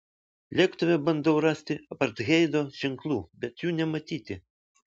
lėktuve bandau rasti apartheido ženklų bet jų nematyti